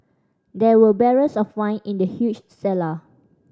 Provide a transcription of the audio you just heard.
there were barrels of wine in the huge cellar